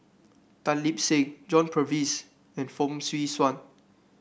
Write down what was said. Tan Lip Seng John Purvis and Fong Swee Suan